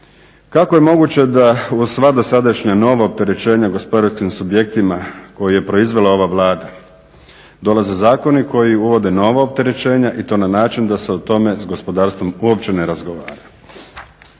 Kako je moguće da u sva dosadašnja nova opterećenja gospodarskim subjektima koji je proizvela ova Vlada dolaze zakoni koji uvode nova opterećenja i to na način da se o tome s gospodarstvom uopće ne razgovora.